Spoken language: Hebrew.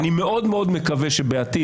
אני מאוד מאוד מקווה שבעתיד,